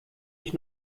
ich